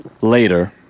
later